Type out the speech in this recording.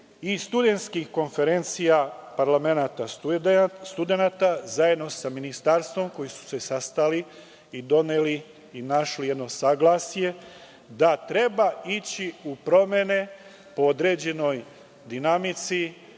i Studenskih konferencija parlamenata studenata zajedno sa Ministarstvom, koji su se sastali i doneli i našli jedno saglasje da treba ići u promene po određenoj dinamici